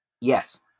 Yes